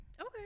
Okay